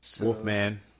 Wolfman